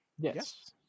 Yes